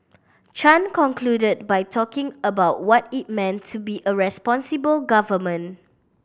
Chan concluded by talking about what it meant to be a responsible government